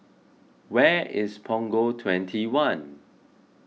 where is Punggol twenty one